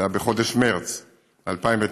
זה היה בחודש מרס 2009,